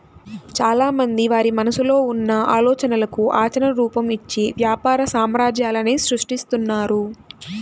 చాలామంది వారి మనసులో ఉన్న ఆలోచనలకు ఆచరణ రూపం, ఇచ్చి వ్యాపార సామ్రాజ్యాలనే సృష్టిస్తున్నారు